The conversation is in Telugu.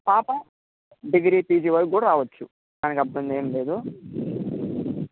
పాప డిగ్రీ పీజీ వరకు కూడా రావచ్చు దానికి అభ్యంతరం ఏం లేదు